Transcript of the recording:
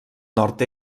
nord